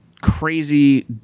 crazy